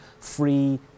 free